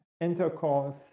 intercourse